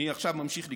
אני עכשיו ממשיך לקרוא: